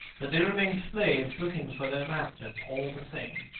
but they remain slaves looking for their masters, all the same.